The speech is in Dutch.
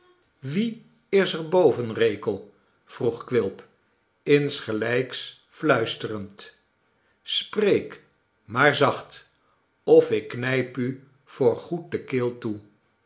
wie is er boven rekel vroeg quilp insgelijks fluisterend spreek maar zacht of ik knijp u voor goed de keel toe